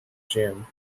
gym